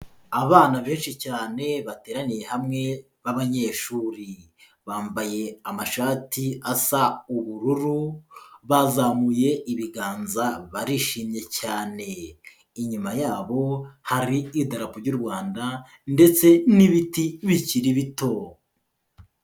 Abana benshi cyane bateraniye hamwe b'abanyeshuri, bambaye amashati asa ubururu, bazamuye ibiganza barishimye cyane, inyuma yabo hari idarapo ry'u Rwanda ndetse n'ibiti bikiri bito.